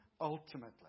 ultimately